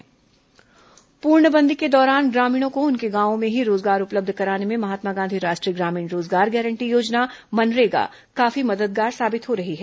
केन्द्र मनरेगा योजना पूर्णबंदी के दौरान ग्रामीणों को उनके गांवों में ही रोजगार उपलब्ध कराने में महात्मा गांधी राष्ट्रीय ग्रामीण रोजगार गारंटी योजना मनरेगा काफी मददगार साबित हो रही है